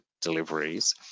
deliveries